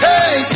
Hey